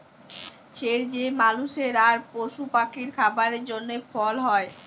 ছের যে মালুসের আর পশু পাখির খাবারের জ্যনহে ফল হ্যয়